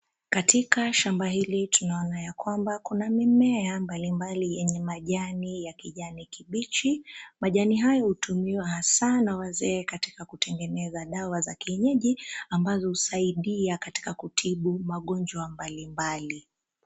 Katika shamba hili tunaona ya kwamba kuna mimea mbalimbali yenye majani ya kijani kibichi , majani haya hutumiwa hasa na wazee katika kutengeneza dawa za kienyeji, ambazo husaidia katika kutibu magonjwa mbalimbali.